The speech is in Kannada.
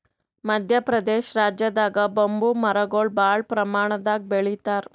ಮದ್ಯ ಪ್ರದೇಶ್ ರಾಜ್ಯದಾಗ್ ಬಂಬೂ ಮರಗೊಳ್ ಭಾಳ್ ಪ್ರಮಾಣದಾಗ್ ಬೆಳಿತಾರ್